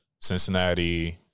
Cincinnati